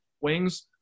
wings